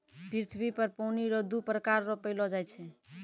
पृथ्वी पर पानी रो दु प्रकार रो पैलो जाय छै